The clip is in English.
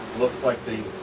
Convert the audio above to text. looks like the